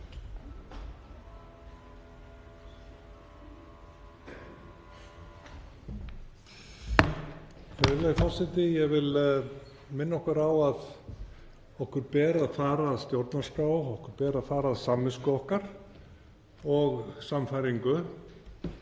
Virðulegur forseti. Ég vil minna okkur á að okkur ber að fara að stjórnarskrá og okkur ber að fara að samvisku okkar og sannfæringu.